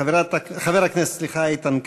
חבר הכנסת איתן כבל,